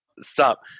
Stop